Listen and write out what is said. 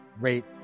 rate